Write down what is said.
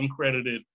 uncredited